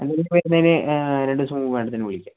വരുന്നതിന് രണ്ടുദിവസം മുൻപ് മാഡത്തിനെ വിളിക്കാം